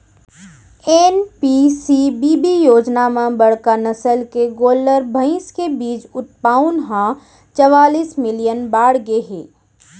NPCBB योजना म बड़का नसल के गोल्लर, भईंस के बीज उत्पाउन ह चवालिस मिलियन बाड़गे गए हे